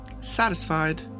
Satisfied